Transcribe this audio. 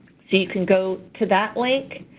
so you can go to that link.